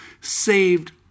saved